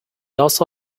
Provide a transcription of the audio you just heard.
also